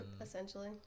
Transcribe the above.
essentially